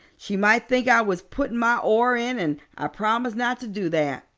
she might think i was putting my oar in and i promised not to do that.